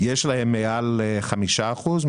יש להם מעל 5 אחוזים,